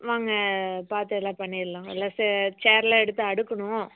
வாங்க பார்த்து எல்லாம் பண்ணிடலாம் எல்லாம் சேர்லாம் எடுத்து அடுக்கணும்